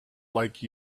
like